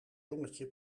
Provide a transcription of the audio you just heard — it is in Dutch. jongetje